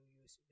use